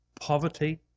poverty